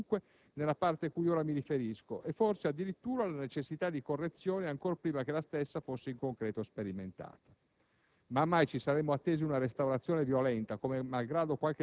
Nessuna pretesa di perfezione della riforma Castelli, dunque, nella parte cui ora mi riferisco, e forse, addirittura, la necessità di correzione ancora prima che la stessa fosse in concreto sperimentata.